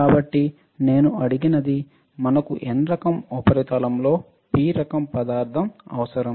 కాబట్టి నేను అడిగినది మనకు N రకం ఉపరితలంలో P రకం పదార్థం అవసరం